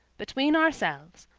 between ourselves,